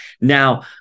Now